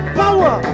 power